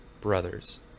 brothers